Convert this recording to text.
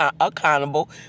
accountable